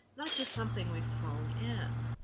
not just something we phone in?